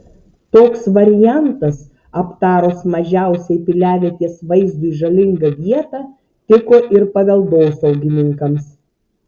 toks variantas aptarus mažiausiai piliavietės vaizdui žalingą vietą tiko ir paveldosaugininkams